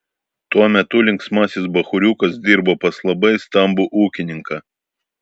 tuo metu linksmasis bachūriukas dirbo pas labai stambų ūkininką